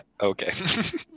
okay